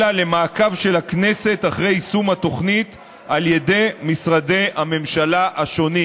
אלא למעקב של הכנסת אחרי יישום התוכנית על ידי משרדי הממשלה השונים.